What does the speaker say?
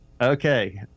Okay